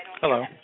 Hello